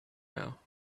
now